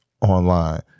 online